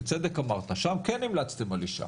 בצדק אמרת, לשם כן המלצתם על אשה.